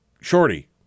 Shorty